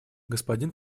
господин